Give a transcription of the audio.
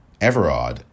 Everard